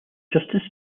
justice